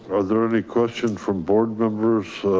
are there any questions from board members?